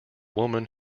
woman